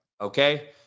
Okay